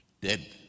dead